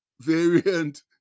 variant